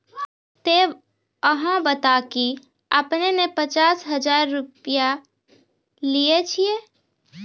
ते अहाँ बता की आपने ने पचास हजार रु लिए छिए?